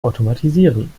automatisieren